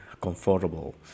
comfortable